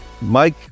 Mike